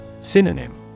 Synonym